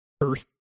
earth